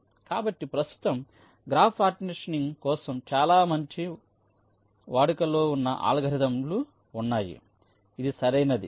కాబట్టి ప్రస్తుతం graph partitioning కోసం చాలా మంచి వాడుకలో ఉన్న అల్గోరిథంలు ఉన్నాయి ఇది సరైనది